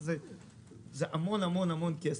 זה המון כסף.